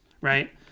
right